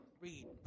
Read